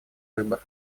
выбор